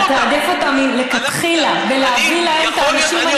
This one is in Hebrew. צריך לתעדף אותם מלכתחילה ולהביא להם את האנשים הנכונים.